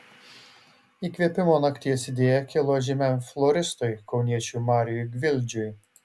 įkvėpimo nakties idėja kilo žymiam floristui kauniečiui marijui gvildžiui